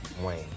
Wayne